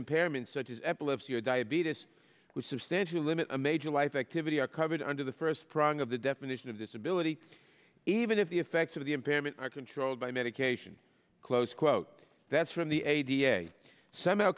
impairments such as epilepsy or diabetes who substantially limit a major life activity are covered under the first prong of the definition of disability even if the effects of the impairment are controlled by medication close quote that's from the a d n semina